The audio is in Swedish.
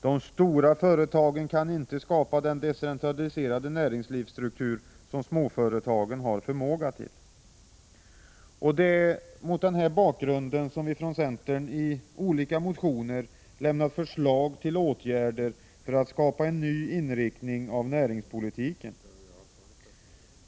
De stora företagen kan inte på samma sätt som småföretagen skapa en decentraliserad näringslivsstruktur. Det är mot den här bakgrunden som vi från centern i olika motioner har lämnat förslag till åtgärder för att skapa en ny inriktning av näringspolitiken.